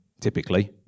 typically